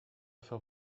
faire